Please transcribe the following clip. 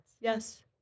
Yes